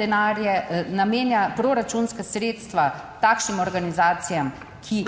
denarje, namenja proračunska sredstva takšnim organizacijam, ki